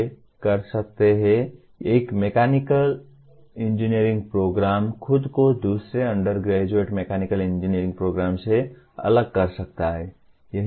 वे कर सकते हैं एक मैकेनिकल इंजीनियरिंग प्रोग्राम खुद को दूसरे अंडरग्रेजुएट मैकेनिकल इंजीनियरिंग प्रोग्राम से अलग कर सकता है